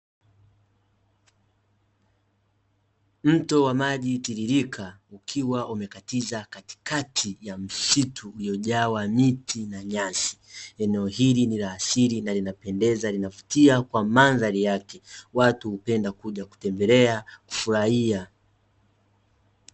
Mto wa maji tiririka ukiwa umekatiza katikati ya msitu iliyojaa miti na nyasi, eneo hili ni la asili na linapendeza linavutia kwa mandhari yake. Watu hupenda kuja kutembelea kufurahia.